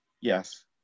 Yes